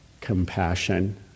compassion